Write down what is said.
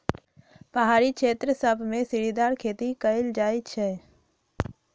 पहारी क्षेत्र सभमें सीढ़ीदार खेती कएल जाइ छइ